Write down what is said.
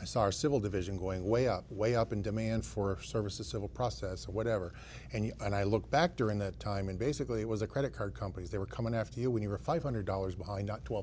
i saw our civil division going way up way up in demand for services civil process or whatever and you and i look back during that time and basically it was a credit card companies they were coming after you when you were five hundred dollars behind twelve